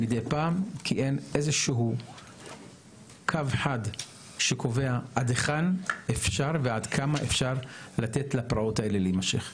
אין קו חד שקובע עד כמה אפשר לתת לפרעות האלה להימשך.